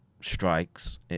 strikes